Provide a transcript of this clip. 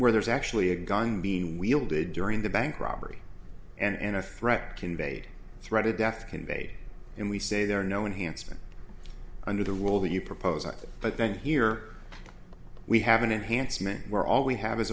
where there's actually a gun being wielded during the bank robbery and a threat conveyed threat of death conveyed and we say there are no enhancement under the rule that you propose but then here we have an enhancement where all we have is